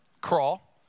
crawl